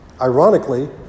Ironically